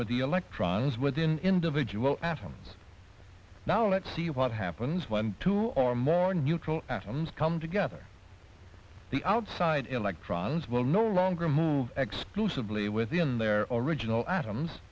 with the electrons within individual atoms now let's see what happens when two or more neutral atoms come together the outside electrons will no longer move explosively within their original a